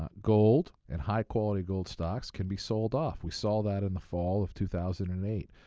um gold and high-quality gold stocks can be sold off. we saw that in the fall of two thousand and eight.